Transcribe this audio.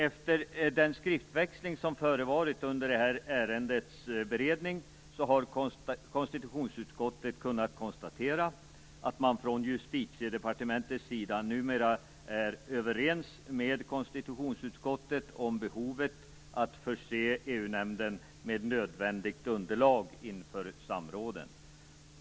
Efter den skriftväxling som förevarit under det här ärendets beredning har konstitutionsutskottet kunnat konstatera att man från Justitiedepartementets sida numera är överens med konstitutionsutskottet om behovet att förse EU-nämnden med nödvändigt underlag inför samråden.